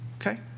okay